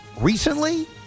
recently